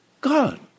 God